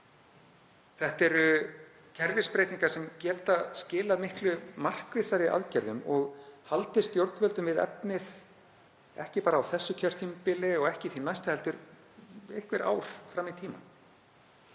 Þetta eru kerfisbreytingar sem geta skilað miklu markvissari aðgerðum og haldið stjórnvöldum við efnið, ekki bara á þessu kjörtímabili og ekki því næsta heldur einhver ár fram í tímann.